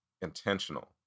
intentional